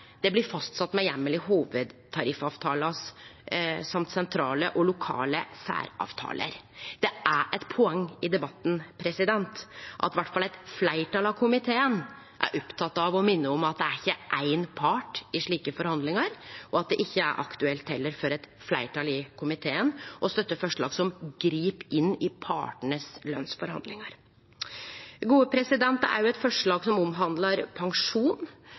blir fastsett med heimel i hovudtariffavtala og dessutan sentrale og lokale særavtaler. Det er eit poeng i debatten at i alle fall eit fleirtal i komiteen er oppteke av å minne om at det ikkje er éin part i slike forhandlingar, og det er heller ikkje aktuelt for eit fleirtal i komiteen å støtte forslag som grip inn i lønsforhandlingane til partane. Det er eit forslag som omhandlar pensjon.